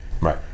Right